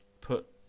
put